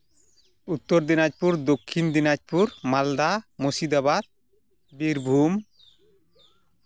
ᱩᱛᱛᱚᱨ ᱫᱤᱱᱟᱡᱽᱯᱩᱨ ᱫᱚᱠᱠᱷᱤᱱ ᱫᱤᱱᱟᱡᱽᱯᱩᱨ ᱢᱟᱞᱫᱟ ᱢᱩᱨᱥᱤᱫᱟᱵᱟᱫ ᱵᱤᱨᱵᱷᱩᱢ